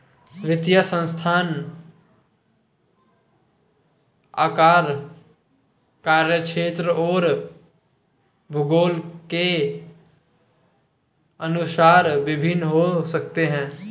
वित्तीय संस्थान आकार, कार्यक्षेत्र और भूगोल के अनुसार भिन्न हो सकते हैं